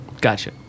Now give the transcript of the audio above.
Gotcha